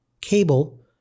Cable